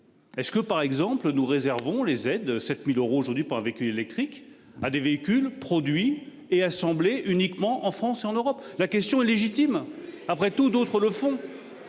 Est-ce que par exemple, nous réservons les aides 7000 euros aujourd'hui par avec l'électrique à des véhicules produits et assemblés uniquement en France, en Europe, la question est légitime après tout d'autres le font.